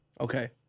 Okay